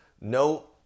No